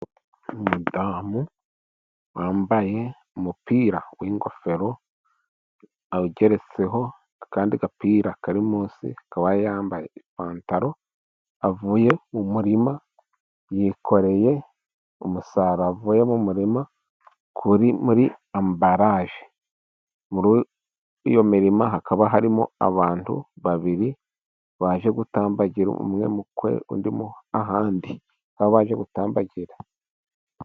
Umudamu wambaye umupira w'ingofero, ageretseho akandi gapira kari munsi. Akaba yambaye ipantaro, avuye mu murima yikoreye umusaruro wavuye mu murima, muri ambaraje. Muri iyo mirima hakaba harimo abantu babiri baje gutambagira. Umwe mu kwe, undi ahandi.